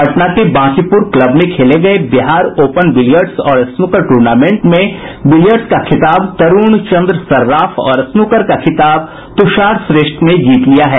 पटना के बांकीपुर क्लब में खेले गये बिहार ओपन बिलियर्ड्स और स्नूकर टूर्नामेंट में बिलियर्ड्स का खिताब तरूण चंद्र सर्राफ और स्नूकर का खिताब तुषार श्रेष्ठ ने जीत लिया है